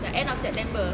the end of september